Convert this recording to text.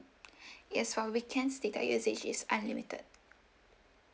yes for weekends data usage is unlimited